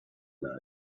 life